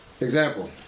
example